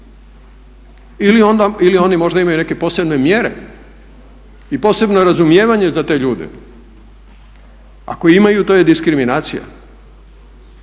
Ili oni možda imaju neke posebne mjere i posebno razumijevanje za to ljude? Ako imaju to je diskriminacija.